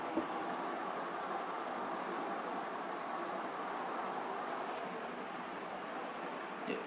ya